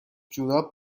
جوراب